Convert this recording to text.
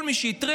כל מי שהתריע,